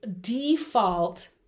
default